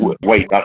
Wait